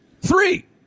Three